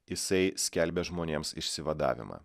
jisai skelbė žmonėms išsivadavimą